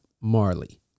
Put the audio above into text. Marley